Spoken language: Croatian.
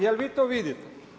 Jel' vi to vidite?